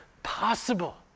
possible